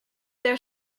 their